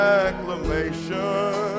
acclamation